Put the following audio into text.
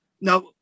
Now